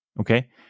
Okay